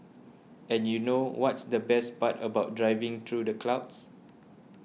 and you know what's the best part about driving through the clouds